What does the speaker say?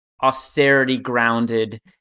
austerity-grounded